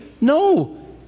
no